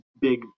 big